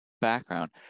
background